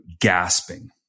gasping